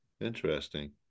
Interesting